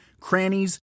crannies